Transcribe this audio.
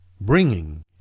bringing